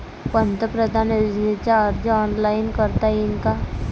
पंतप्रधान योजनेचा अर्ज ऑनलाईन करता येईन का?